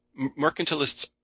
mercantilists